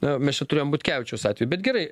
na mes čia turėjom butkevičiaus atvejį bet gerai